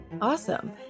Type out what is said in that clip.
Awesome